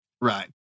right